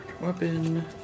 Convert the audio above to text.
Weapon